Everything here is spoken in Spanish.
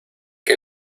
que